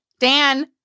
Dan